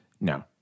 No